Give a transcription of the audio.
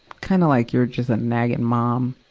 kinda like you're just a nagging mom.